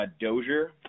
Dozier